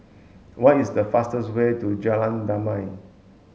what is the fastest way to Jalan Damai